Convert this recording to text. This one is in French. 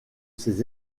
ces